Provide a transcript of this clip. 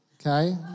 okay